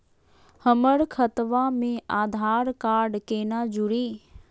हमर खतवा मे आधार कार्ड केना जुड़ी?